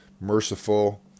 merciful